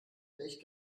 welch